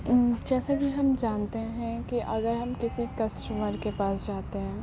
جیسا کہ ہم جانتے کہ اگر ہم کسی کسٹمر کے پاس جاتے ہیں